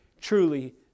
truly